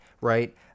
right